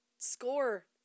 Score